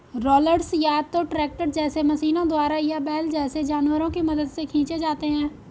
rollers या तो tractor जैसे मशीनों द्वारा या बैल जैसे जानवरों की मदद से खींचे जाते हैं